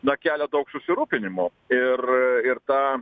na kelia daug susirūpinimo ir ir tą